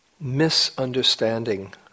misunderstanding